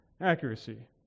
accuracy